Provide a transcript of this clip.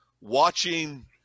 watching –